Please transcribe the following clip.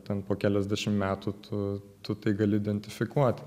ten po keliasdešim metų tu tu tai gali identifikuoti